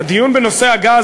הדיון בנושא הגז,